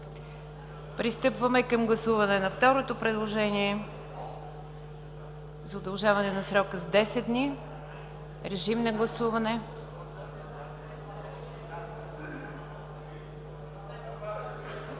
Пристъпваме към гласуване на второто предложение за удължаване на срока с 10 дни – предложение